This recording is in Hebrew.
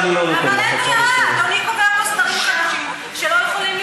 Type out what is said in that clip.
אני רוצה לקחת את אזרחי ישראל הערבים